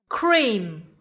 cream